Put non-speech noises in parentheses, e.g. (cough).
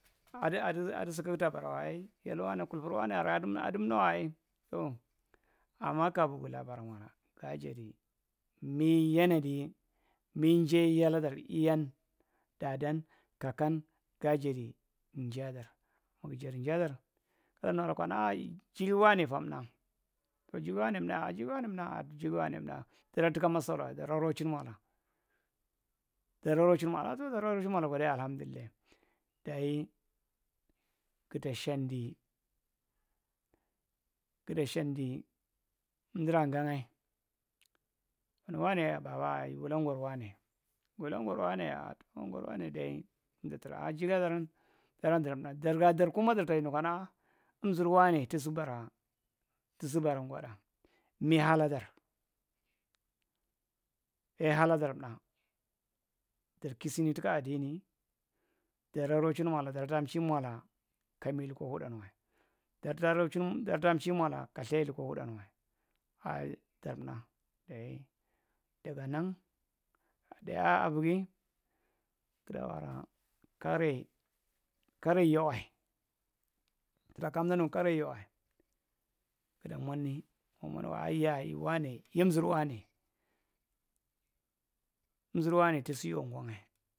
Adu adu suckugta barawae ai yalwani kulfur wanae adi adim’tawae ai to amma kabu gubara mola gaajedi mi yenadini mi’jae yalafdar iyan, daadan, kaakan gaa’jadi njeyedar mugradi njeyedar konu nuwae lag’kanaa jeri waanae’ fauta to jiri waanae mtaa jeri wannae nmta a jiri waanaemtna aa jara di tuka masalawae dara rochin moola dara rochin moola aa tudara rochin mola kwa dayi alahamdullai dayii getta shandi emdura ganyae kana wanae baba yuwula gor waanae guwula gor waanae ya aa iti’kwa gor waanae dayi emta traa aa jira daran daran dar’mtda dar- ra dar kumma darta nukanaa emzur waanae tusu bara tusu bara gwa’dai mi haladar (hesitation) haladar mtda dar kistini taka adini dara rochin mola dura rochin mola kami luka dudan wae dartu roochin daradaa’mchi mola kami luka huddan wa daraada rochin darada’mchi mola ka ithai luka hudan wa (hesitation) dar’mda dayi daga nang (hesitation) tnai avigi guda bara kare kkare’yowae sura kamdaa’nu kare yowae guda mot’ni mugu mot kanaa yaa yuwaa’nae yimzur’waanae emzur waanae tusu yoo ngwo’ngae.